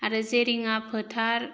आरो जेरिङा फोथार